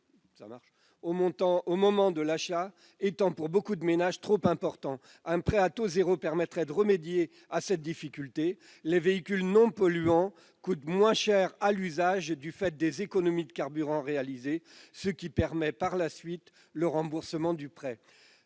au moment de l'achat demeure trop important. Un prêt à taux zéro permettrait de remédier à cette difficulté, car les véhicules non polluants coûtent moins cher à l'usage du fait des économies de carburant réalisées, ce qui permet par la suite le remboursement du prêt.